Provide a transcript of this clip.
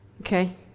Okay